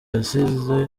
yasize